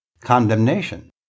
condemnation